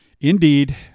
indeed